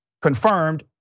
confirmed